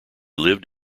lived